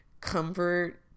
comfort